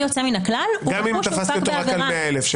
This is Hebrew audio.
יוצא מהכלל- -- גם אם תפסת אותו רק על 100,000 שקל.